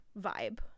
vibe